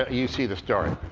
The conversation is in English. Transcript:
ah you see the story.